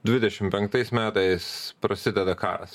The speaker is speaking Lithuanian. dvidešimt penktais metais prasideda karas